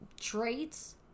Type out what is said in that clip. traits